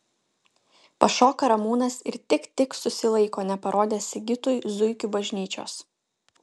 pašoka ramūnas ir tik tik susilaiko neparodęs sigitui zuikių bažnyčios